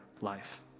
life